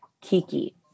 Kiki